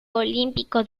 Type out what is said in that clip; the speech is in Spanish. olímpico